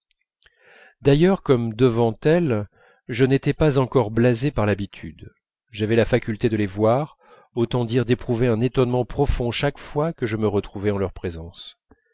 d'ailleurs comme devant elles je n'étais pas encore blasé par l'habitude j'avais la faculté de les voir autant dire d'éprouver un étonnement profond chaque fois que je me retrouvais en leur présence